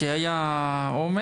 כי היה עומס.